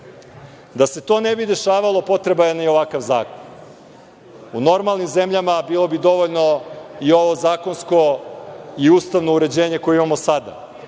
se to ne bi dešavalo potreban je ovakav zakon. U normalnim zemljama bilo bi dovoljno i ovo zakonsko i ustavno uređenje koje imamo sada,